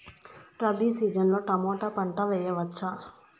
Rabi season లో tomato పంట వేయవచ్చా?